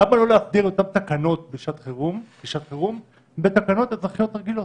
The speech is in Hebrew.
למה לא להחליף את אותן תקנות לשעת חירום בתקנות אזרחיות רגילות?